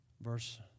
Verse